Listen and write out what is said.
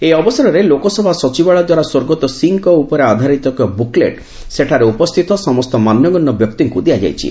ଏହି ଅବସରରେ ଲୋକସଭା ସଚିବାଳୟ ଦ୍ୱାରା ସ୍ୱର୍ଗତ ସିଂହଙ୍କ ଉପରେ ଆଧାରିତ ଏକ ବୁକ୍ଲେଟ୍ ସେଠାରେ ଉପସ୍ଥିତ ସମସ୍ତ ମାନ୍ୟଗଣ୍ୟ ବ୍ୟକ୍ତିଙ୍କୁ ଦିଆଯାଇଛି